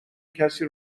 کسی